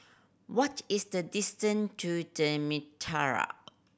what is the distant to The Mitraa